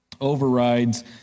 overrides